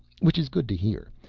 which is good to hear.